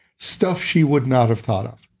stuff she would not have thought of.